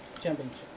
Championship